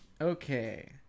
Okay